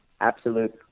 absolute